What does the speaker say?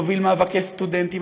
הוביל מאבקי סטודנטים,